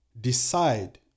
decide